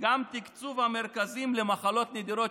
תקצוב המרכזים למחלות נדירות,